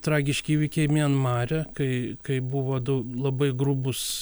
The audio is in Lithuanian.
tragiški įvykiai mianmare kai kai buvo du labai grubūs